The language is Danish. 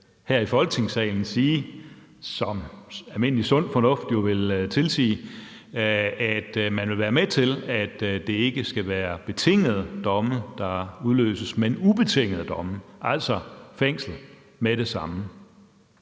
her i Folketingssalen sige, som almindelig sund fornuft jo vil tilsige, at man vil være med til, at det ikke skal være betingede domme, der udløses, men ubetingede domme, altså fængsel med det samme?